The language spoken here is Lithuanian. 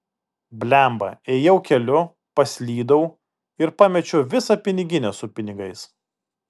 blemba ėjau keliu paslydau ir pamečiau visą piniginę su pinigais